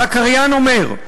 הקריין אומר: